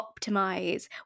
optimize